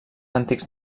antics